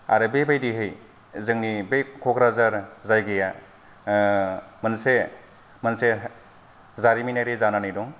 आरो बेबायदियै जोंनि बे क'क्राझार जायगाया मोनसे मोनसे जारिमिनारि जानानै दं